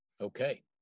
Okay